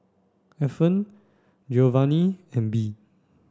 Ethen Giovanny and Bee